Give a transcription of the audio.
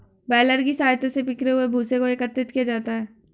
baler की सहायता से बिखरे हुए भूसे को एकत्रित किया जाता है